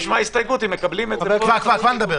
בשביל מה הסתייגות אם כולם מסכימים לזה.